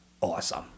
awesome